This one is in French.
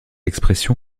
expression